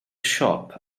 siop